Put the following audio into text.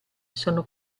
sono